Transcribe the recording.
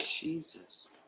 Jesus